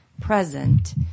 present